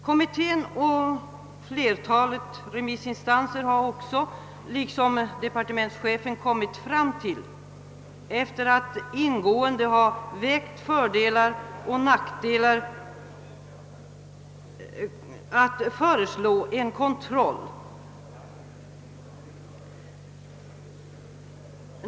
Kommittén och flertalet remissinstanser har också liksom departementschefen efter att ingående ha vägt fördelar och nackdelar mot varandra kommit fram till att föreslå en kontroll.